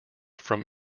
from